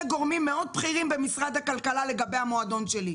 גורמים מאוד בכירים במשרד הכלכלה לגבי המועדון שלי,